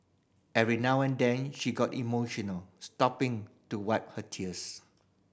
every now and then she got emotional stopping to wipe her tears